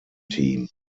team